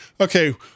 okay